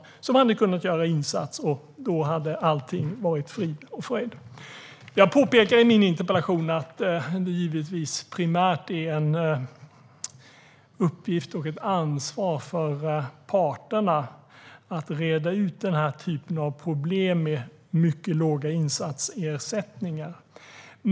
Personalen hade då kunnat göra insatser, och allt hade varit frid och fröjd. Jag påpekar i min interpellation att det givetvis primärt är en uppgift och ett ansvar för parterna att reda ut den typen av problem, som handlar om mycket låga insatsersättningar.